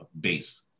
base